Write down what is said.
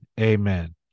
Amen